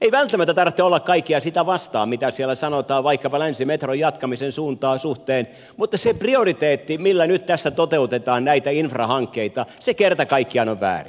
ei välttämättä tarvitse olla kaikkea sitä vastaan mitä siellä sanotaan vaikkapa länsimetron jatkamisen suhteen mutta se prioriteetti millä nyt tässä toteutetaan näitä infrahankkeita se kerta kaikkiaan on väärin